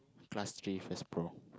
class three first bro